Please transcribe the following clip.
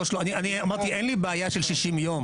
אני אמרתי אין לי בעיה של 60 ימים.